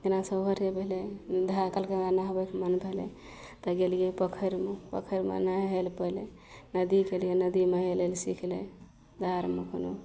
जेना सभ हठे पहिले धा कहलकय हमरा नहबयके मोन भेलय तऽ गेलियै पोखरिमे पोखरिमे नहि हेल पेलइ नदी गेलियै नदीमे हेलय लए सीख ले धारमे कोनो